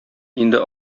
инде